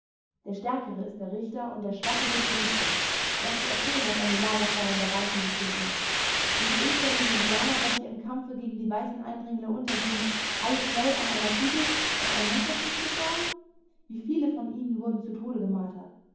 der stärkere ist der richter und der schwache wird gerichtet laß dir erzählen was an den lagerfeuern der weißen geschehen ist sind die unzähligen indianer welche im kampfe gegen die weißen eindringlinge untergingen alle schnell an einer kugel an einem messerstiche gestorben wie viele von ihnen wurden zu tode gemartert